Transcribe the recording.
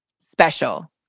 special